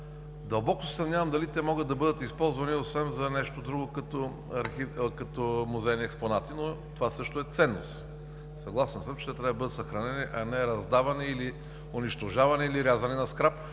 Дълбоко се съмнявам дали те могат да бъдат използвани, освен за нещо друго, освен като музейни експонати, това също е ценност. Съгласен съм, че те трябва да бъдат съхранени, а не раздавани или унищожавани, или рязани на скрап,